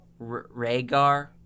Rhaegar